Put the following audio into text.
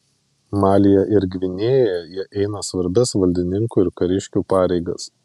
malyje ir gvinėjoje jie eina svarbias valdininkų ir kariškių pareigas